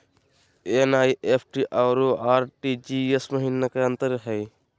NEFT अरु RTGS महिना का अंतर हई?